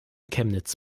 chemnitz